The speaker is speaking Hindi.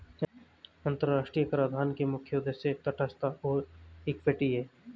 अंतर्राष्ट्रीय कराधान के मुख्य उद्देश्य तटस्थता और इक्विटी हैं